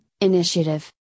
Initiative